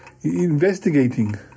investigating